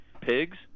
pigs